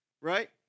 Right